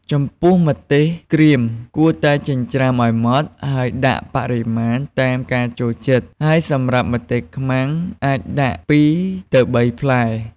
ចំពោះម្ទេសក្រៀម គួរតែចិញ្ច្រាំឱ្យម៉ដ្ឋ ហើយដាក់បរិមាណតាមការចូលចិត្ត ហើយសម្រាប់ម្ទេសខ្មាំងអាចដាក់ ២-៣ ផ្លែ។